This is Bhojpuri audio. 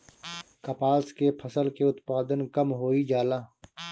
कपास के फसल के उत्पादन कम होइ जाला?